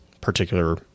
particular